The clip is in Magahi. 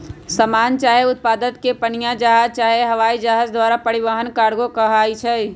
समान चाहे उत्पादों के पनीया जहाज चाहे हवाइ जहाज द्वारा परिवहन कार्गो कहाई छइ